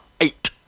eight